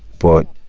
but,